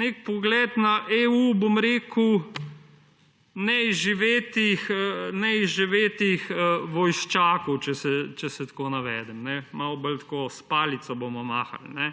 nek pogled na EU neizživetih vojščakov, če tako navedem, malo bolj tako s palico bomo mahali.